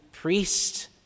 priest